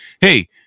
hey